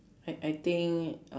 I I think uh